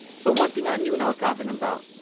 so, one thing i knew and i was confident about,